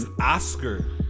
Oscar